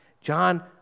John